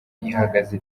ihagaze